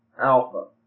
Alpha